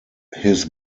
his